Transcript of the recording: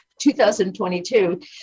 2022